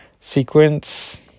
sequence